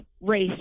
race